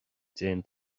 déan